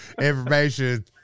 information